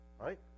right